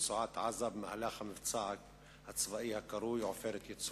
ברצועת-עזה במהלך המבצע הצבאי הקרוי "עופרת יצוקה".